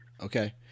okay